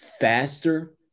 faster